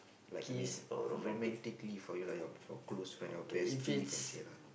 like I mean romantically for you lah for close friend your bestie you can say lah